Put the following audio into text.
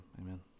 amen